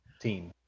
team